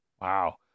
Wow